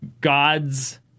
God's